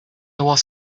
was